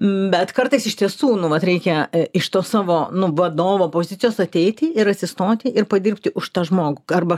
bet kartais iš tiesų nu vat reikia iš to savo nu vadovo pozicijos ateiti ir atsistoti ir padirbti už tą žmogų arba